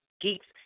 geeks